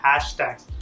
hashtags